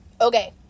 Okay